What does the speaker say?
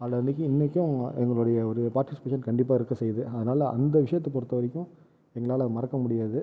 அதில் இன்றைக்கு இன்றைக்கும் வந்து எங்களுடைய ஒரு பார்ட்டிசிபேஷன் கண்டிப்பாக இருக்க செய்து அதனால் அந்த விஷயத்தை பொறுத்த வரைக்கும் எங்களால் மறக்க முடியாது